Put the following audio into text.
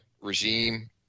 regime